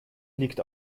liegt